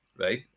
right